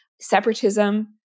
separatism